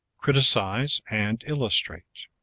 criticise and illustrate.